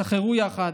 סחרו יחד,